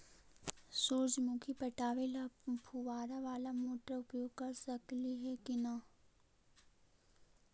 सुरजमुखी पटावे ल फुबारा बाला मोटर उपयोग कर सकली हे की न?